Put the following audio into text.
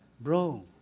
Bro